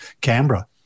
Canberra